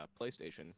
PlayStation